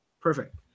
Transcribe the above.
Perfect